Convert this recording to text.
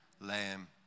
lamb